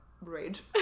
rage